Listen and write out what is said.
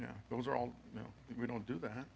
know those are all you know we don't do that